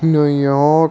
New York